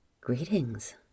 Greetings